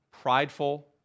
prideful